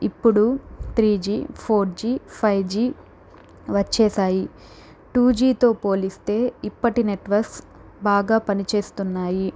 ఇప్పుడు three G four G five G వచ్చేసాయి టూ జీతో పోలిస్తే ఇప్పటి నెట్వర్క్స్ బాగా పని చేస్తున్నాయి